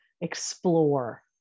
Explore